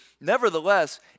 Nevertheless